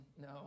No